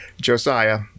Josiah